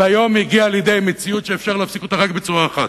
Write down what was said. והיום הגיע לידי מציאות שאפשר להפסיק רק בצורה אחת,